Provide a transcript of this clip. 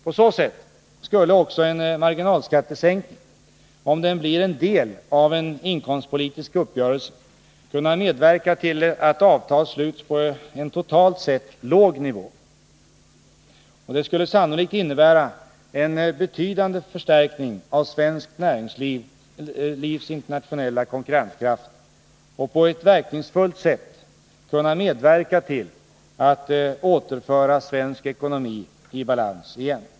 På så sätt skulle också en marginalskattesänkning, om den blir en del av en 51 inkomstpolitisk uppgörelse, kunna medverka till att avtal sluts på en totalt sett låg nivå. Det skulle sannolikt innebära en betydande förstärkning av svenskt näringslivs internationella konkurrenskraft och på ett verkningsfullt sätt kunna medverka till att återföra svensk ekonomi i balans igen.